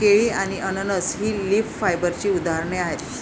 केळी आणि अननस ही लीफ फायबरची उदाहरणे आहेत